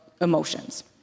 emotions